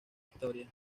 historia